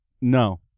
No